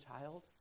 child